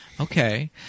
Okay